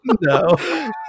no